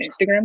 Instagram